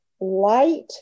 Light